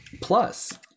plus